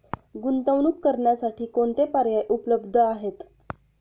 गुंतवणूक करण्यासाठी कोणते पर्याय उपलब्ध आहेत?